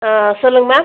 ஆ சொல்லுங்கள் மேம்